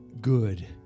good